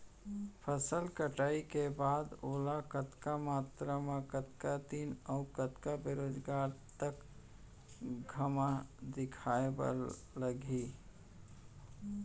फसल कटाई के बाद ओला कतका मात्रा मे, कतका दिन अऊ कतका बेरोजगार तक घाम दिखाए बर लागही?